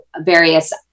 various